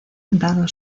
dado